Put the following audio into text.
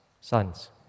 sons